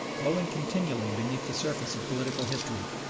flowing continually beneath the surface of political history,